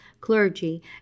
clergy